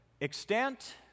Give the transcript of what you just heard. extent